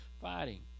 fighting